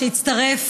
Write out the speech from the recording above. שהצטרף